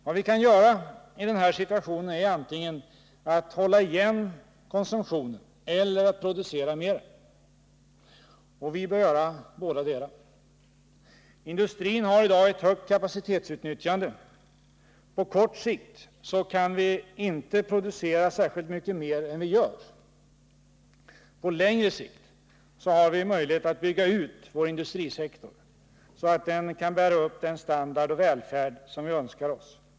Vad vi kan göra, i den här situationen är antingen att hålla igen konsumtionen eller att producera mera. Vi bör göra bådadera. Industrin har i dag ett högt kapacitetsutnyttjande. På kort sikt kan vi inte producera särskilt mycket mer än vi gör. På längre sikt har vi möjlighet att bygga ut vår industrisektor, så att den kan bära upp den standard och välfärd som vi önskar oss.